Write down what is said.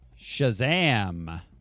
Shazam